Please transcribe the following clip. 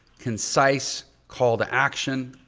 concise call to action